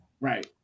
Right